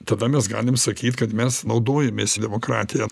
tada mes galim sakyt kad mes naudojamės demokratija